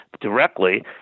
directly